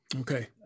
Okay